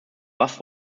was